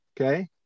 Okay